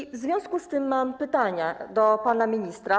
I w związku z tym mam pytania do pana ministra.